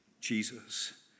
Jesus